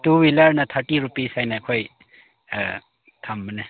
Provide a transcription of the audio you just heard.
two ꯋꯤꯂꯔꯅ ꯊꯥꯔꯇꯤ ꯔꯨꯄꯤꯁ ꯍꯥꯏꯅ ꯑꯩꯈꯣꯏ ꯑꯥ ꯊꯝꯕꯅꯦ